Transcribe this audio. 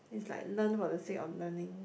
it's like learn for the sake of learning